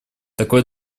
такой